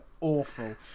awful